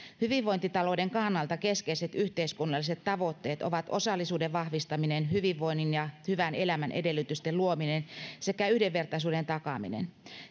hyvinvointitalouden kannalta keskeiset yhteiskunnalliset tavoitteet ovat osallisuuden vahvistaminen hyvinvoinnin ja hyvän elämän edellytysten luominen sekä yhdenvertaisuuden takaaminen